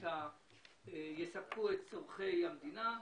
שיספקו את צורכי המדינה,